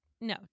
no